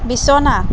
বিছনা